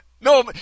No